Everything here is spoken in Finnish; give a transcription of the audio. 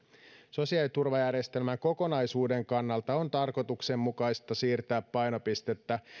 sosiaaliturvajärjestelmän kokonaisuuden kannalta on tarkoituksenmukaista siirtää painopistettä